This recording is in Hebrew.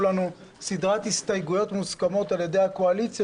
לנו סדרת הסתייגויות מוסכמות על ידי הקואליציה,